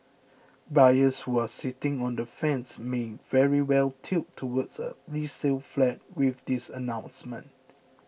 buyers who are sitting on the fence may very well tilt towards a resale flat with this announcement